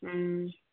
ꯎꯝ